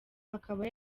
akaba